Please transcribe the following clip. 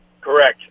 Correct